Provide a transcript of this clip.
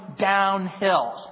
downhill